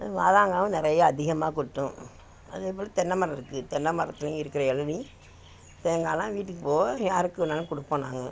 வாதாங்காவும் நிறையா அதிகமாக கொட்டும் அதேபோல் தென்னமரம் இருக்குது தென்னை மரத்துலேயும் இருக்கிற இளநீர் தேங்காய்லாம் வீட்டுக்குப் போக யாருக்கு வேணாலும் கொடுப்போம் நாங்கள்